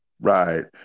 Right